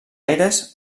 aires